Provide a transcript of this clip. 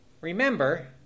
remember